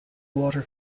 water